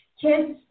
Kids